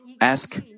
ask